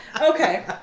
Okay